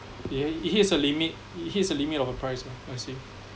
ya it hits a limit it hits a limit of the price mah I see